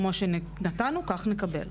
כמו שנתנו כך נקבל.